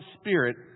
Spirit